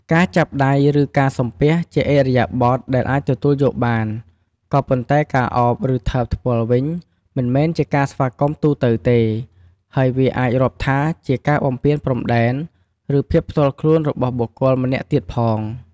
ការចាប់ដៃ ឬ ការសំពះជាឥរិយាបថដែលអាចទទួកយកបាន ក៏ប៉ុន្តែការអោប ឬ ថើបថ្ពាល់វិញមិនមែនជាការស្វាគមន៍ទូទៅទេ ហើយវាអាចរាប់ថាជាការបំពានព្រំដែន ឬ ភាពផ្ទាល់ខ្លួនរបស់បុគ្គលម្នាក់ទៀតផង។